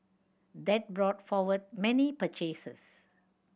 that brought forward many purchases